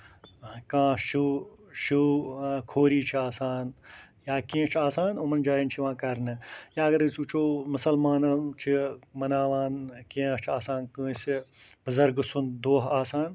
کانہہ شو شو کھوری چھِ آسان یا کیٚنہہ چھُ آسان یِمَن جاٮ۪ن چھُ یِوان کرنہٕ یا اَگر أسۍ وٕچھو مُسلمان چھُ مَناوان کیٚنہہ چھُ آسان کٲنسہِ بُزرگہٕ سُند دۄہ آسان